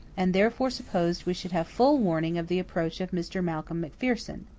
and therefore supposed we should have full warning of the approach of mr. malcolm macpherson.